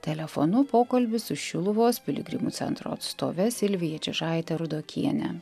telefonu pokalbis su šiluvos piligrimų centro atstove silvija čižaite rudokiene